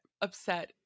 upset